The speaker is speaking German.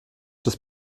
des